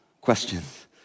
questions